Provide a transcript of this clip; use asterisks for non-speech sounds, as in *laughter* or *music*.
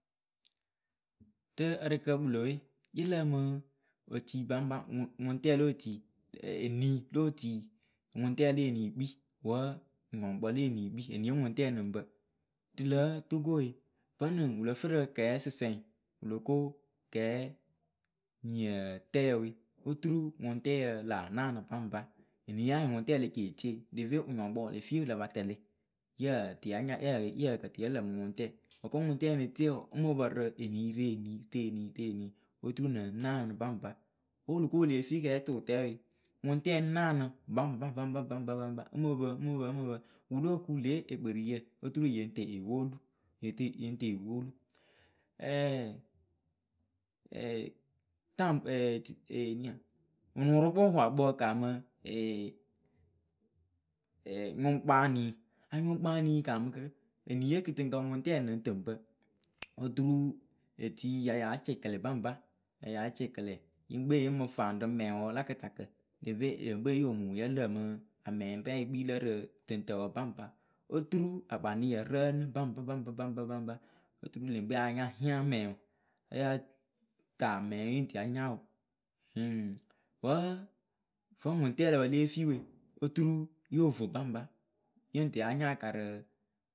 Rɨ ǝrɨkǝ kpɨlo we, yɨ lǝǝmɨɨ, otui ŋpaŋpa, ŋwʊŋ ŋwʊŋtɛɛ lo otui, ɛɛ eni lo otui, ŋʊŋtɛɛ le enii yɨ kpii wǝ́ wɨŋɔŋkpǝ le enii yɨ kpii, eniiwe ŋʊŋtɛɛ nɨŋ bǝ. Rɨ lǝ̌ Togo we, vǝnɨŋ wɨ lǝ fɨ rɨ kɛɛsɨsǝŋ wɨ lo ko kɛɛ niǝǝtǝyǝ we oturu ŋʊŋtɛyǝ laa naanɨ baŋba, iniiye anyɩŋ ŋʊŋtɛɛ le ci etie deve wɨnyɔŋkpǝ wɨ le fii wɨ la pa tɛlɩ. Yǝǝ tɨ ya nya, yǝǝ, yǝǝ kǝ tɨ yǝ lǝmɨ ŋʊŋtɛɛ. Wǝ́ kǝ́ ŋʊŋtɛɛ ne tie wɔɔ, ŋ mɨ pǝ rɨ enii. rɨ enii, rɨ enii, rɨ enii oturu nɨŋ naanɨ baŋba wo wɨ lo ko wɨ lée fii kɛɛtʊʊtǝǝ we ŋʊŋtɛɛ ŋ naanɨ baŋpa baŋba, baŋba, baŋba, ŋ mɨ pǝ, ŋ mɨ pǝ ŋ mɨ pǝ, ŋ wɨ wɨ lóo ku oturu lě ekperiyǝ yɨŋ tɨ yɨ puulu. Yɨ tɨ, yɨ ŋ tɨ yɨ puulu. *hesitation* taŋ, *hesitation* nia, wɨŋʊrʊpʊŋpwakpǝ wɨ kaamɨ *hesitation* nyɔŋkpaanii, anyɔŋkpaanii yɨ kamɨ kǝ́? eniye kɨtɨŋkǝ ŋʊŋtɛɛ nɨŋ tɨ ŋ pǝ. *noise* oturu etii ya yáa cɛkɛlɛ baŋpa. Ya yáa cɛkɛlɛ, yɨŋkpee yɨ ŋ mɨ faŋ rɨ mɛŋwǝ la kɨtakǝ, debe yɨŋkpee yoo mumu yǝ lǝmɨ amɛŋyɨrɛŋ yǝ kpii lǝ rɨ tɨŋtǝǝwǝ baŋpa. Oturu akpanɨɩ yǝ rǝǝnɨ baŋpa, baŋpa, baŋpa, oturu leŋkee ya yáa hiaŋ mɛŋwʊ ya yáa ta mɛŋwʊ yɨŋ tɨ ya nya wʊ. Vǝ́ wʊŋtɛɛ lǝ pǝ lée fii we, oturu yo ovo baŋpa yɨŋ tɨ ya nya aka rɨ ɛ.